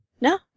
No